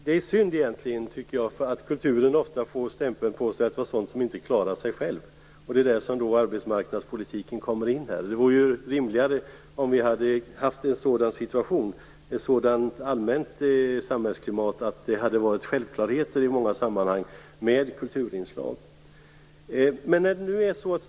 Herr talman! Egentligen är det synd att kulturen ofta får stämpeln på sig att den inte klarar sig själv. Det är där som arbetsmarknadspolitiken kommer in. Det skulle ha varit rimligare om vi allmänt hade haft ett samhällsklimat som var sådant att kulturinslag i många sammanhang var en självklarhet.